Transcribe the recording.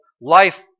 Life